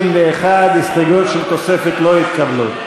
61. ההסתייגויות של תוספת לא התקבלו.